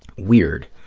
weird.